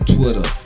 Twitter